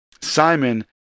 Simon